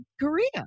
Korea